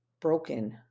broken